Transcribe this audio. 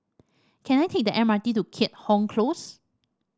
can I take the M R T to Keat Hong Close